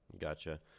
gotcha